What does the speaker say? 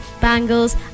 bangles